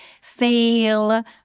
fail